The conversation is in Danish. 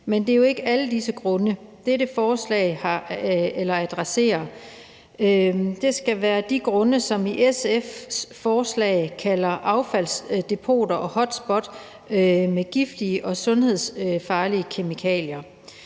men det er jo ikke alle disse grunde, dette forslag adresserer. Det skal være de grunde, som i SF's forslag kaldes affaldsdepoter og hotspot med giftige og sundhedsfarlige kemikalier.